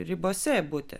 ribose būti